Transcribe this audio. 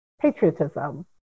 patriotism